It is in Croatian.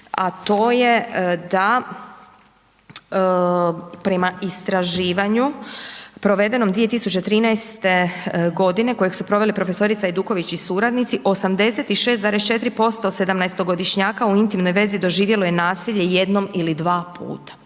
a to je da prema istraživanju provedenom 2013.g. kojeg su provele prof. Ajduković i suradnici, 86,4% 17.-godišnjaka u intimnoj vezi doživjelo je nasilje jednom ili dva puta,